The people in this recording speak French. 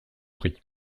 prix